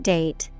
Date